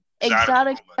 Exotic